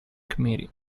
committee